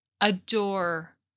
adore